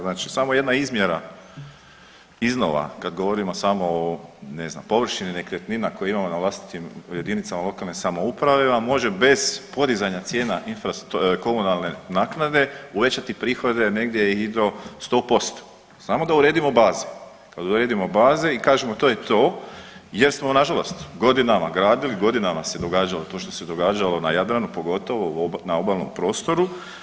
Znači samo jedna izmjera iznova kad govorimo samo o ne znam površini nekretnina koje imamo na vlastitim, u jedinicama lokalne samouprave vam može bez podizanja cijena komunalne naknade uvećati prihode negdje i do sto posto samo da uredimo baze, da uredimo baze i kažemo to je to jer smo na žalost godinama gradili, godinama se događalo to što se događalo na Jadranu pogotovo na obalnom prostoru.